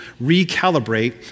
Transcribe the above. recalibrate